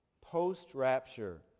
Post-rapture